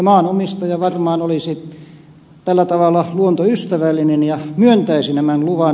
maanomistaja varmaan olisi tällä tavalla luontoystävällinen ja myöntäisi tämän luvan